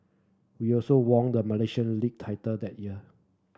we also won the Malaysia League title that year